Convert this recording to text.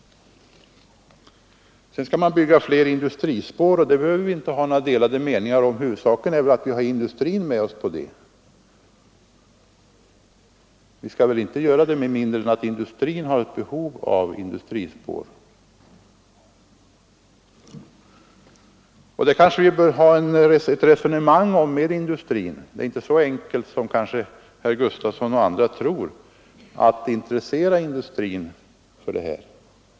Man skall bygga fler industrispår. Om detta behöver vi inte ha några delade meningar — huvudsaken är att vi har industrin med oss. Vi skall inte bygga industrispår med mindre än att industrin har behov av dem. Det kanske vi bör ha ett resonemang med industrin om. Det är inte så enkelt, som herr Gustafson och andra tror, att intressera industrin för detta.